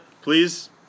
please